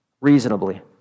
reasonably